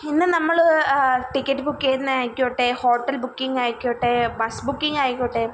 ഇന്ന് നമ്മൾ ticket book ചെയ്യുന്നത് ആയിക്കോട്ടേ ഹോട്ടൽ ബുക്കിങ് ആയിക്കോട്ടേ ബസ്സ് ബുക്കിങ് ആയിക്കോട്ടേ